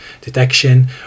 detection